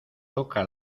toca